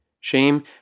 Shame